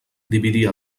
dividir